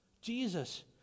Jesus